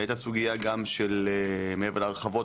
הייתה סוגיה מעבר להרחבות,